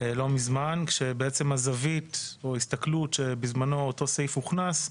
לא מזמן כשההסתכלות בזמנו כשאותו סעיף הוכנס,